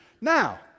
now